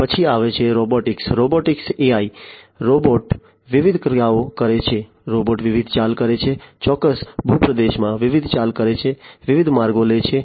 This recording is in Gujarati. પછી આવે છે રોબોટિક્સમાં રોબોટિક્સ AI રોબોટ વિવિધ ક્રિયાઓ કરે છે રોબોટ વિવિધ ચાલ કરે છે ચોક્કસ ભૂપ્રદેશમાં વિવિધ ચાલ કરે છે વિવિધ માર્ગો લે છે